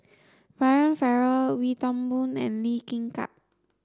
Brian Farrell Wee Toon Boon and Lee Kin Tat